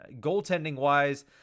Goaltending-wise